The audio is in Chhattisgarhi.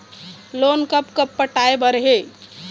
लोन कब कब पटाए बर हे?